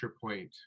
point